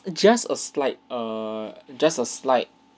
just a slight err just a slight